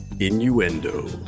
Innuendo